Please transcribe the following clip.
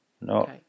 No